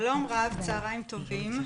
שלום רב, צהריים טובים.